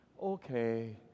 Okay